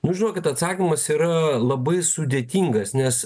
nu žinokit atsakymas yra labai sudėtingas nes